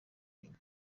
inyuma